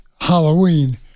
Halloween